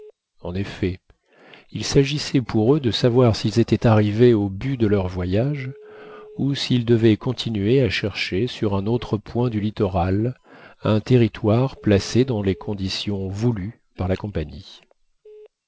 en effet il s'agissait pour eux de savoir s'ils étaient arrivés au but de leur voyage ou s'ils devaient continuer à chercher sur un autre point du littoral un territoire placé dans les conditions voulues par la compagnie